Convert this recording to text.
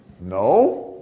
No